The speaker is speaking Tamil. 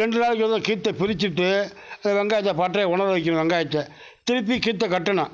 ரெண்டு நாளைக்கு ஒரு தடவை கீற்ற பிரிச்சுட்டு வெங்காயத்தை பட்றையா உலர வைக்கணும் வெங்காயத்தை திருப்பி கீற்ற கட்டணும்